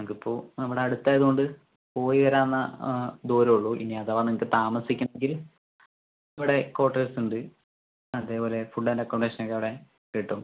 നിങ്ങൾക്ക് ഇപ്പോൾ നമ്മുടെ അടുത്തായതുകൊണ്ട് പോയി വരാവുന്ന ദൂരമേ ഉള്ളൂ ഇനി അഥവാ നിങ്ങൾക്ക് താമസിക്കണമെങ്കിൽ ഇവിടെ ക്വാർട്ടേഴ്സ് ഉണ്ട് അതുപോലെ ഫുഡ് ആൻഡ് അക്കോമഡേഷൻ ഒക്കെ അവിടെ കിട്ടും